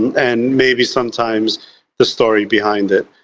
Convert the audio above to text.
and maybe sometimes the story behind it.